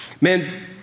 Man